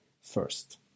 first